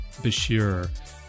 Bashir